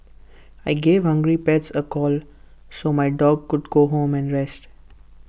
I gave hungry pets A call so my dog could go home and rest